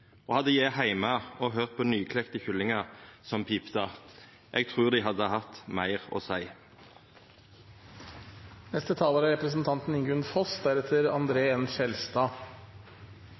eg hadde vore odelsgut og hadde vore heime og hørt på nyklekte kyllingar som peip. Eg trur dei hadde hatt meir å